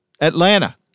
Atlanta